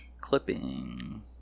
Clipping